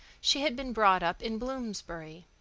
she had been brought up in bloomsbury.